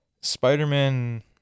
Spider-Man